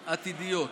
התמודדויות עתידיות.